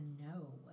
no